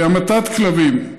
המתת כלבים: